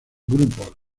grupos